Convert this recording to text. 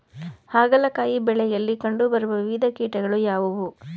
ಹಾಗಲಕಾಯಿ ಬೆಳೆಯಲ್ಲಿ ಕಂಡು ಬರುವ ವಿವಿಧ ಕೀಟಗಳು ಯಾವುವು?